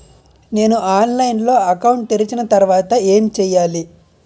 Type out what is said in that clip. నేను ఆన్లైన్ లో అకౌంట్ తెరిచిన తర్వాత ఏం చేయాలి?